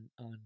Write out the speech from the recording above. on